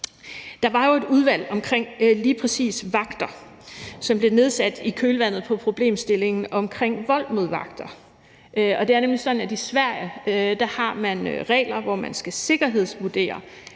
Der var jo et udvalg omkring lige præcis vagter, som blev nedsat i kølvandet på problemstillingen omkring vold mod vagter. Det er sådan, at i Sverige har man regler, hvor man skal sikkerhedsvurdere,